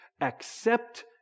accept